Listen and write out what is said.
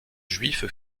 juif